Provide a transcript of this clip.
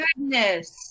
goodness